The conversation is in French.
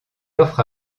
offre